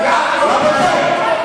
רבותי,